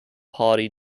party